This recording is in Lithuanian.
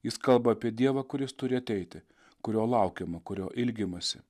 jis kalba apie dievą kuris turi ateiti kurio laukiama kurio ilgimasi